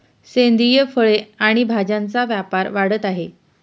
सेंद्रिय फळे आणि भाज्यांचा व्यापार वाढत आहे